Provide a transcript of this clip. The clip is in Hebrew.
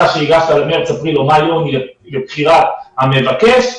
שהגשת במארס-אפריל או במאי-יוני וזה לבחירת המבקש.